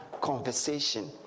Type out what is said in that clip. conversation